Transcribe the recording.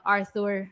Arthur